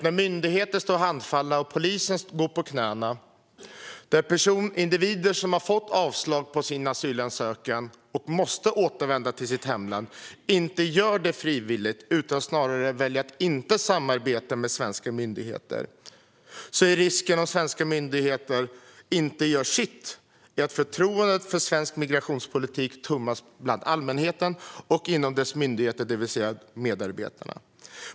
När myndigheter står handfallna och polisen går på knäna, när individer som har fått avslag på sin asylansökan och måste återvända till sitt hemland inte gör det frivilligt utan väljer att inte samarbeta med svenska myndigheter, är risken att svenska myndigheter inte gör sitt. Förtroendet för svensk migrationspolitik minskas hos allmänheten och inom myndigheter, det vill säga hos medarbetarna.